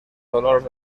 dolors